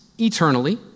eternally